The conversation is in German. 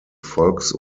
volks